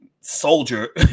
soldier